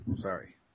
sorry